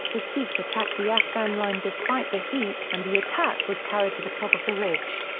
the sikhs attacked the afghan line despite the heat and the attack was carried to the top of the ridge.